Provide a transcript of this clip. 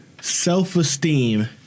self-esteem